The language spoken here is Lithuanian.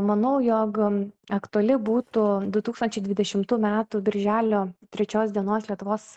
manau jog aktuali būtų du tūkstančiai dvidešimtų metų birželio trečios dienos lietuvos